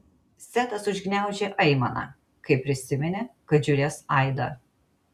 setas užgniaužė aimaną kai prisiminė kad žiūrės aidą